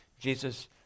Jesus